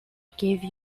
gave